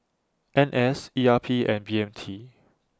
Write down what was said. N S E R P and B M T